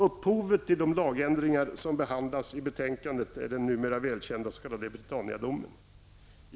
Upphovet till de lagändringar som behandlas i betänkandet är den numera välkända s.k. Britannia-domen.